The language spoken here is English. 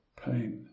pain